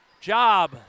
job